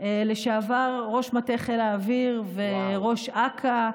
לשעבר ראש מטה חיל האוויר וראש אכ"א,